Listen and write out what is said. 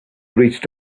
reached